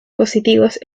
positivos